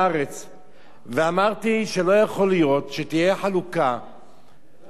ואמרתי שלא יכול להיות שתהיה חלוקה בצורה חופשית,